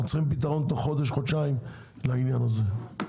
צריכים פתרון תוך חודש-חודשיים לעניין הזה.